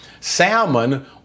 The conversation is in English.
Salmon